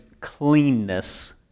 cleanness